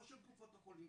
לא של קופות החולים,